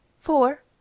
four